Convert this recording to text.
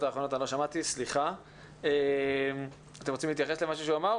אתם רוצים להתייחס למה שהוא אמר?